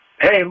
Hey